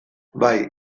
bai